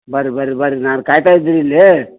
ಬನ್ರಿ ಬನ್ರಿ ಬನ್ರಿ ನಾನು ಕಾಯ್ತಾ ಇದ್ದೀನಿ ಇಲ್ಲಿ